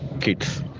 kids